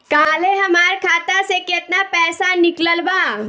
काल्हे हमार खाता से केतना पैसा निकलल बा?